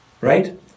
Right